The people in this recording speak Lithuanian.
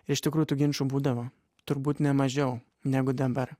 iš tikrų tų ginčų būdavo turbūt ne mažiau negu dabar